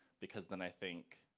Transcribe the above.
because then i think,